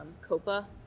copa